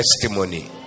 testimony